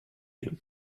you